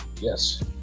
Yes